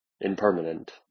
impermanent